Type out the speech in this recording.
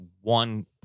one